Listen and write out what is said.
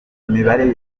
yerekana